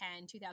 2010